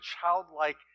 childlike